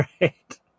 right